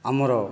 ଆମର